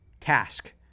task